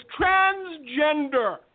Transgender